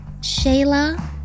Shayla